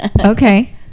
Okay